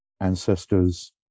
ancestors